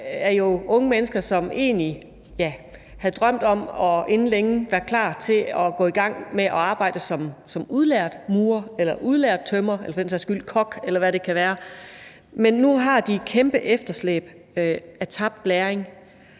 er unge mennesker, som egentlig havde drømt om inden længe at være klar til at gå i gang med at arbejde som udlært murer eller som udlært tømrer eller for den sags skyld som kok, eller hvad det nu er. Men nu har de et kæmpe efterslæb i form af tabt læring.